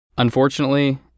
Unfortunately